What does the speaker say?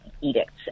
edicts